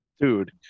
Dude